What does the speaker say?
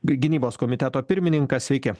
gynybos komiteto pirmininkas sveiki